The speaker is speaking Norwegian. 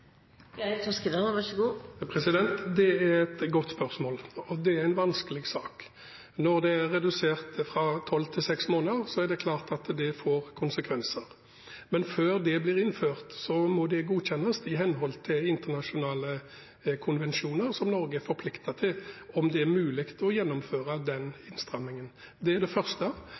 Det er et godt spørsmål, og det er en vanskelig sak. Når det er redusert fra tolv til seks måneder, er det klart at det får konsekvenser. Men før det blir innført, må det godkjennes om det er mulig å gjennomføre den innstramningen i henhold til internasjonale konvensjoner som Norge er forpliktet til. Det er det første. Det andre er